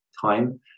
time